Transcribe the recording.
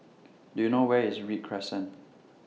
Do YOU know Where IS Read Crescent